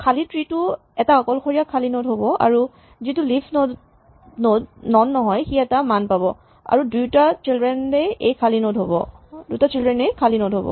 খালী ট্ৰী টো এটা অকলশৰীয়া খালী নড হ'ব আৰু যিটো লিফ নড নন নহয় সি এটা মান পাব আৰু তাৰ দুয়োটা চিল্ড্ৰেন এই খালী নড হ'ব